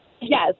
Yes